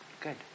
Good